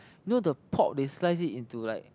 you know the pork they slice it into like